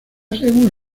según